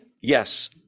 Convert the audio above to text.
Yes